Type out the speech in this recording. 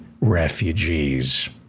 refugees